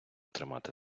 тримати